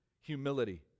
humility